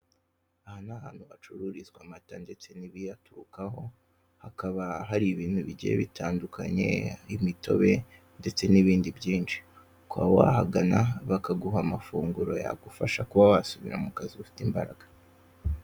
Aha ni ahantu hacururizwa amata ndetse n'ibiyaturukaho hakaba hari ibintu bigiye bitandukanye, imitobe ndetse n'ibindi byinshi ukaba wahagana bakaguha amafunguro yagufasha kuba wasubira mu kazi ufite imbaraga.